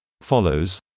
follows